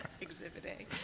Exhibiting